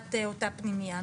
החלטת אותה פנימייה.